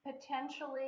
potentially